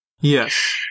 Yes